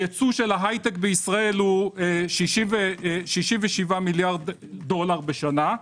הייצוא של ההייטק בישראל הוא 67 מיליארד דולר בשנה.